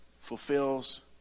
fulfills